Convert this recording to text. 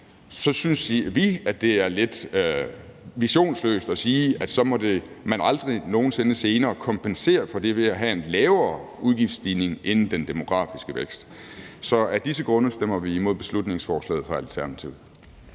synes vi det er lidt visionsløst at sige, at så må man aldrig nogen sinde senere kompensere for det ved at have en lavere udgiftsstigning end den demografiske vækst. Så af disse grunde stemmer vi imod lovforslaget fra Alternativet.